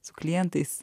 su klientais